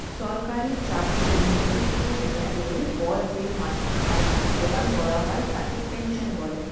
সরকারি চাকরির নির্দিষ্ট মেয়াদের পর যে মাসিক অর্থ প্রদান করা হয় তাকে পেনশন বলে